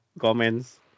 comments